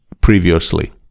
previously